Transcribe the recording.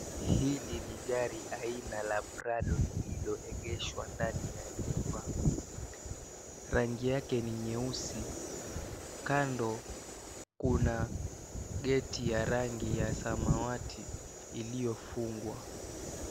Hili ni gari aina la Prado lililoegeshwa ndani ya nyumba. Rangi yake ni nyeusi. Kando kuna geti ya rangi ya samawati iliyofungwa.